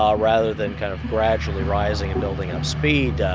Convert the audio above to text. um rather than kind of gradually rising and building up speed,